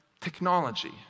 technology